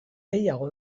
gehiago